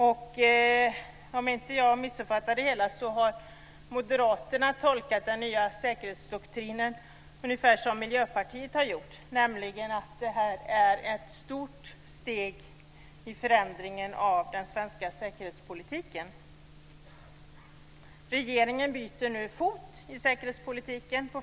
Om jag inte har missuppfattat det hela har Moderaterna tolkat den nya säkerhetsdoktrinen ungefär så som Miljöpartiet har gjort, nämligen att den är ett stort steg i förändringen av den svenska säkerhetspolitiken. Regeringen byter nu på flera sätt fot i säkerhetspolitiken.